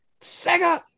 Sega